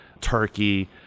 turkey